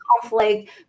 conflict